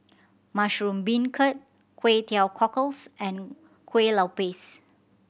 mushroom beancurd Kway Teow Cockles and Kuih Lopes